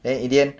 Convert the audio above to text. then in the end